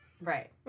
Right